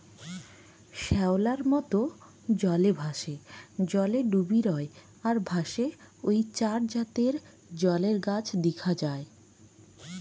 শ্যাওলার মত, জলে ভাসে, জলে ডুবি রয় আর ভাসে ঔ চার জাতের জলের গাছ দিখা যায়